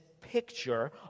picture